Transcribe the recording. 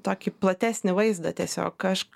tokį platesnį vaizdą tiesiog aš